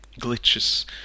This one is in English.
glitches